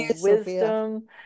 wisdom